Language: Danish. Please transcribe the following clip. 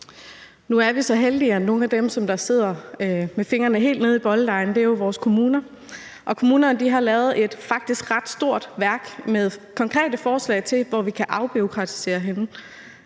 Nu er vi så heldige, at nogle af dem, der sidder med fingrene helt nede i bolledejen, er vores kommuner. Og kommunerne har lavet et faktisk ret stort værk med konkrete forslag til, hvor vi kan afbureaukratisere henne.